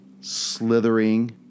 slithering